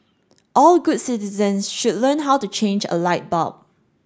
all good citizens should learn how to change a light bulb